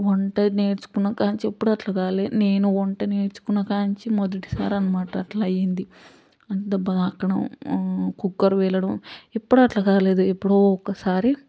వంట నేర్ఛుకున్న కాని నుంచి ఎప్పుడు అట్ల కాలె నేను వంట నేర్ఛుకున్న కాడనుంచి మొదటిసారి అనమాట అట్లయింది దెబ్బ తాకడం కుక్కర్ పేలడం ఎప్పుడూ అట్లా కాలేదు ఎప్పుడో ఒకసారి